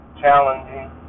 challenging